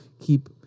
keep